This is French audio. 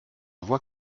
vois